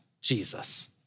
Jesus